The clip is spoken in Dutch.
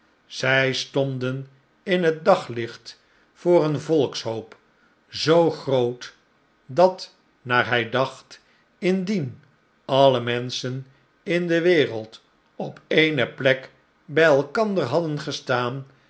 zij stonden in het daglicht voor een volkshoop zoo groot dat naar hij dacht indien alle menschen in de wereld op eene plek bij elkander hadden gestaan